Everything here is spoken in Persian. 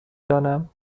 دانم